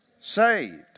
Saved